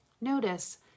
Notice